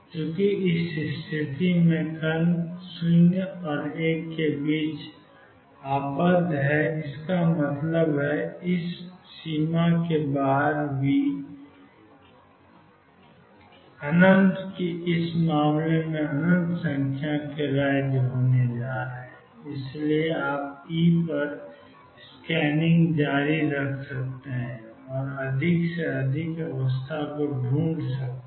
चूँकि इस स्थिति में कण 0 और l के बीच आबद्ध है इसका मतलब है इस सीमा के बाहर वी V→∞ इस मामले में अनंत संख्या में राज्य होने जा रहे हैं और इसलिए आप ई पर स्कैनिंग जारी रख सकते हैं और अधिक से अधिक अवस्था को ढूंढ सकते हैं